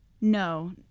no